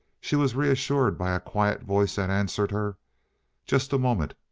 she was reassured by a quiet voice that answered her just a moment.